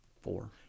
Four